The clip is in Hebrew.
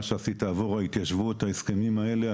שהוא עשה עבור ההתיישבות ועל ההסכמים האלה.